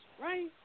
right